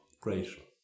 Great